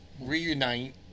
reunite